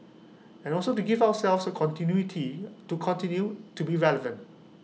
and also to give ourselves A continuity to continue to be relevant